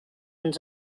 ens